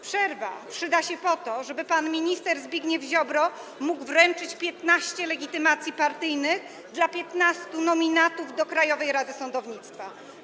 Przerwa przyda się po to, żeby pan minister Zbigniew Ziobro mógł wręczyć 15 legitymacji partyjnych dla 15 nominatów do Krajowej Rady Sądownictwa.